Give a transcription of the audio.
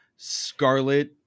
Scarlet